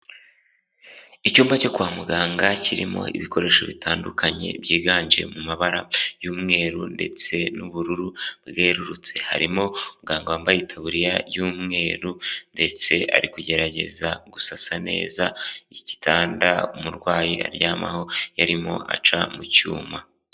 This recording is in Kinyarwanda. Icyumba cyo kwa muganga kirimo ibikoresho bitandukanye byiganje mu mabara y'umweru ndetse n'ubururu bwererutse, harimo umuganga wambaye itaburiya y'umweru ndetse ari kugerageza gusasa neza igitanda umurwayi aryamaho yarimo aca mu cyuma.